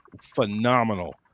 phenomenal